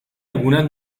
algunas